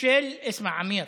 בהיקף של, אסמע, עמיר,